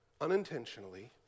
unintentionally